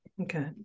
Okay